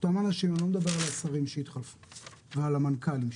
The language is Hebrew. אני לא מדבר על השרים והמנכ"לים שהתחלפו,